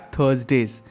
Thursdays